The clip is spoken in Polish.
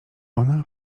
ona